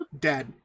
dead